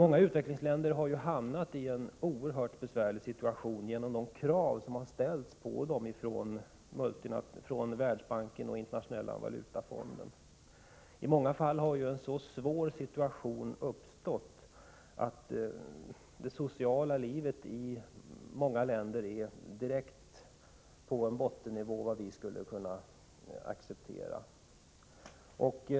Många utvecklingsländer har hamnat i en oerhört besvärlig situation genom de krav som har ställts på dem från Världsbanken och Internationella valutafonden. I många fall har en så svår situation uppstått att det sociala livet ligger på en nivå som är så låg att vi aldrig skulle kunna acceptera den.